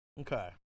Okay